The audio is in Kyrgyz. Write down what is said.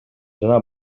жана